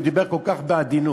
הוא דיבר כל כך בעדינות,